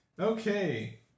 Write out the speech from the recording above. Okay